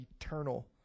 eternal